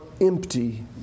empty